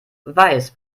weiß